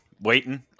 waiting